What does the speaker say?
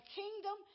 kingdom